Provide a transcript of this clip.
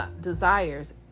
desires